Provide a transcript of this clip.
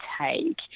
take